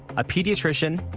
a pediatrician,